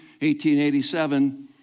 1887